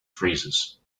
freezes